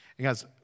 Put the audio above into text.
guys